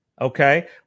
Okay